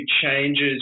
changes